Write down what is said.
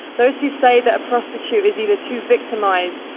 those who say that a prostitute is either too victimized,